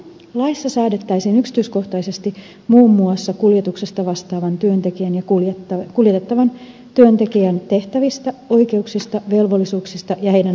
laissa säädettäisiin yksityiskohtaisesti muun muassa kuljetuksesta vastaavan työntekijän ja kuljettavan työntekijän tehtävistä oikeuksista velvollisuuksista ja heidän ammattipätevyydestään